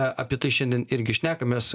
a apie tai šiandien irgi šnekamės